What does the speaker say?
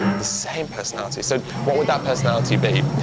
the same personality, so what would that personality be?